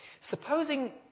Supposing